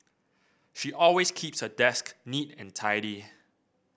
she always keeps her desk neat and tidy